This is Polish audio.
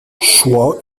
szło